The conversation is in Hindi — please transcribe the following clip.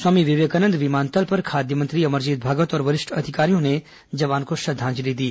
स्वामी विवेकानंद विमानतल पर खाद्य मंत्री अमरजीत भगत और वरिष्ठ अधिकारियों ने जवान को श्रद्दांजलि दी